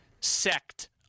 sect